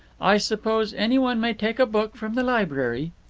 i suppose anyone may take a book from the library.